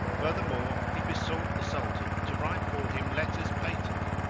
furthermore, he besought the sultan to write for him letters patent,